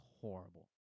horrible